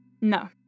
No